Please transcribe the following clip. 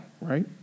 right